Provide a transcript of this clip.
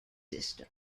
system